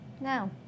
Now